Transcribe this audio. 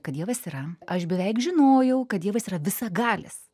kad dievas yra aš beveik žinojau kad dievas yra visagalis